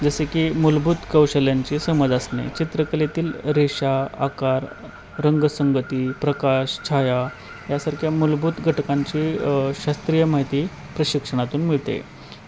जसे की मूलभूत कौशल्यांची समज असणे चित्रकलेतील रेषा आकार रंगसंगती प्रकाश छाया यासारख्या मूलभूत घटकांची शास्त्रीय माहिती प्रशिक्षणातून मिळते